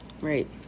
Right